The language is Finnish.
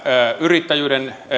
yrittäjyyden